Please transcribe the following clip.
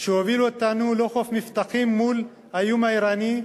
שיוביל אותנו לחוף מבטחים מול האיום האירני,